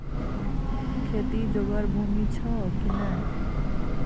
खेती जोगर भूमि छौ की नै?